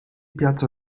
piazza